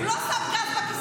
הוא לא שם גז בכיסים.